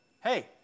Hey